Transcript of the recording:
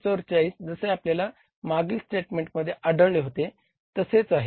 तर हे 144 जसे आपल्याला मागील स्टेटमेंटमध्ये आढळले होते तसेच आहेत